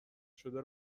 شده